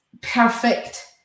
perfect